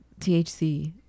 thc